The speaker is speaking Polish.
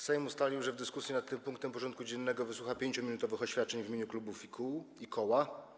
Sejm ustalił, że w dyskusji nad tym punktem porządku dziennego wysłucha 5-minutowych oświadczeń w imieniu klubów i koła.